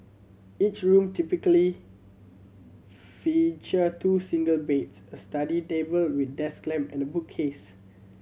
each room typically feature two single beds a study table with desk lamp and bookcas